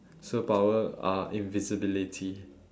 superpower uh invisibility